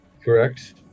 Correct